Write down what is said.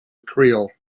creole